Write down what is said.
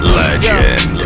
legend